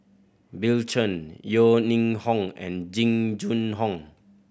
Bill Chen Yeo Ning Hong and Jing Jun Hong